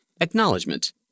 Acknowledgement